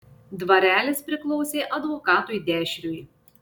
dvarelis priklausė advokatui dešriui